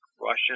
Russian